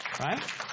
right